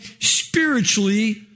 spiritually